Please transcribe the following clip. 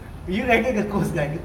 you rather the coast line y~